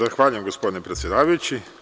Zahvaljujem gospodine predsedavajući.